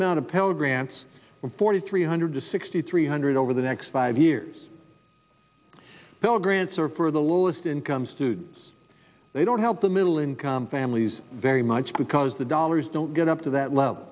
amount of pell grants forty three hundred sixty three hundred over the next five years pell grants are for the lowest income students they don't help the middle income families very much because the dollars don't get up to that level